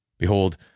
Behold